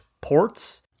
ports